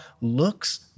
looks